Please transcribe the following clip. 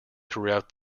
throughout